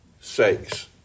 sakes